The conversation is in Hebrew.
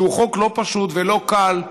שהוא חוק לא פשוט ולא קל,